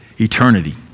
eternity